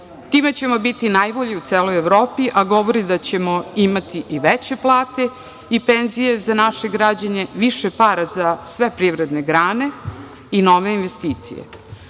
ćemo biti najbolji u celoj Evropi, a govori da ćemo imati i veće plate i penzije za naše građane, više para za sve privredne grane i nove investicije. Povodom